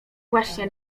właśnie